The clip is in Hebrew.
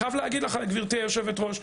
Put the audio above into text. גברתי יושבת הראש,